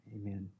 amen